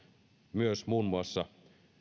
myös muun muassa